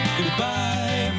Goodbye